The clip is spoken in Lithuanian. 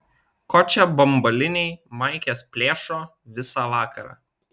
ko čia bambaliniai maikes plėšo visą vakarą